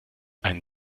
ein